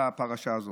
בפרשה הזאת.